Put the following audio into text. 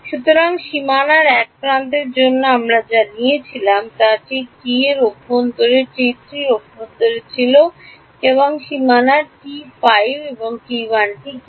সুতরাং সীমানার এক প্রান্তের জন্য আমরা যা নিয়েছিলাম তা ছিল টি এখন অভ্যন্তরে ছিল অভ্যন্তরে ছিল সীমানায় এটি কী